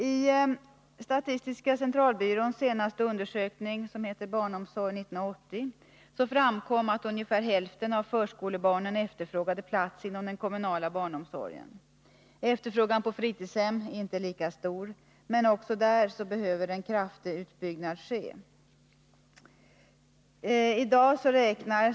I statistiska centralbyråns senaste undersökning Barnomsorg 1980 framkom att ungefär hälften av förskolebarnen efterfrågade plats inom den kommunala barnomsorgen. Efterfrågan på fritidshem är inte lika stor, men också där behöver en kraftig utbyggnad ske.